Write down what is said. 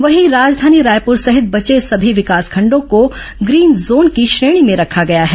वहीं राजधानी रायपुर सहित बचे सभी विकासखंडों को ग्रीन जोन की श्रेणी में रखा गया है